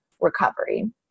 recovery